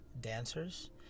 dancers